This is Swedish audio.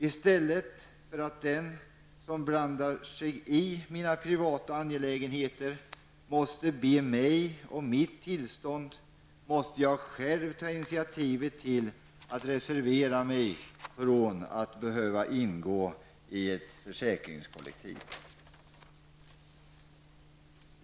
I stället för att den som blandar sig i mina privata angelägenheter måste be mig om mitt tillstånd är jag tvungen att ta initiativet till att reservera mig från att behöva ingå i ett försäkringskollektiv.